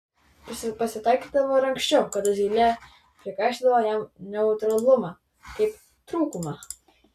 pasitaikydavo ir anksčiau kad zylė prikaišiodavo jam neutralumą kaip trūkumą